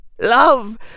Love